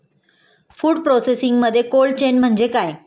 Food प्रोसेसिंगमध्ये cold chain म्हणजे काय?